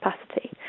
capacity